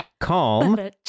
Calm